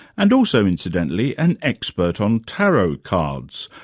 and also incidentally an expert on tarot cards,